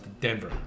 Denver